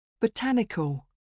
Botanical